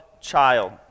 child